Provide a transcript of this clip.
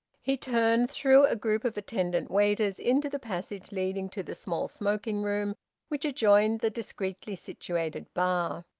he turned, through a group of attendant waiters, into the passage leading to the small smoking-room which adjoined the discreetly situated bar.